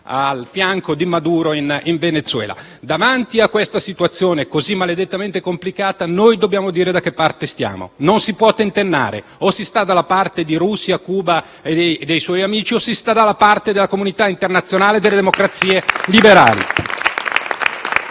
al fianco di Maduro in Venezuela. Davanti a questa situazione così maledettamente complicata noi dobbiamo dire da che parte stiamo; non si può tentennare: o si sta dalla parte di Russia, Cuba e dei loro amici o si sta dalla parte della comunità internazionale e delle democrazie liberali.